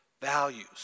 values